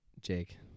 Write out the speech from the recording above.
Jake